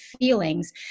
feelings